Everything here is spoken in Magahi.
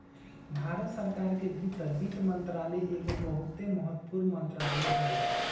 भारत सरकार के भीतर वित्त मंत्रालय एगो बहुते महत्वपूर्ण मंत्रालय हइ